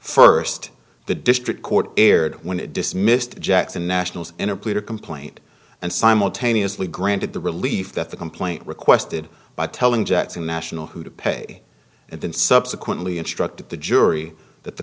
first the district court erred when it dismissed jackson nationals in a pleader complaint and simultaneously granted the relief that the complaint requested by telling jetson national who to pay and then subsequently instructed the jury that the